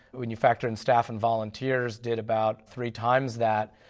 when you factor in staff and volunteers, did about three times that.